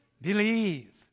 believe